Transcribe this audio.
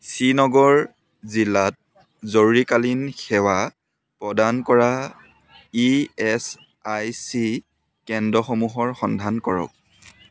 শ্ৰীনগৰ জিলাত জৰুৰীকালীন সেৱা প্ৰদান কৰা ই এছ আই চি কেন্দ্ৰসমূহৰ সন্ধান কৰক